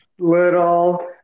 Little